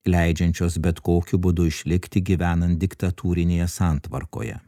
leidžiančios bet kokiu būdu išlikti gyvenan diktatūrinėje santvarkoje